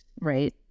right